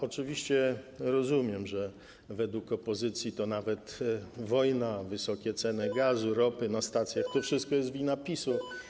Oczywiście rozumiem, że według opozycji nawet wojna, wysokie ceny gazu, ropy na stacjach - to wszystko jest wina PiS-u.